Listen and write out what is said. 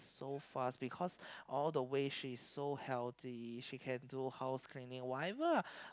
so fast because all the way she is so healthy she can do house cleaning whatever ah